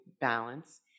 balance